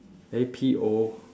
eh P O